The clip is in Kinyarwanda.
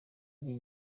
igihe